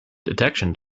detection